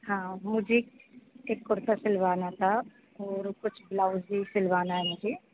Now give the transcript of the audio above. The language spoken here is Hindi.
हाँ मुझे एक कुर्ता सिलवाना था और कुछ ब्लाउज भी सिलवाना है मुझे